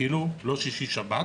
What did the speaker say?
לא שישי-שבת,